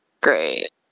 great